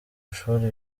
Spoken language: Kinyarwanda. ishuri